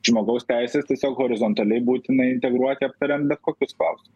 žmogaus teises tiesiog horizontaliai būtina integruoti aptariant bet kokius klausimus